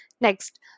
Next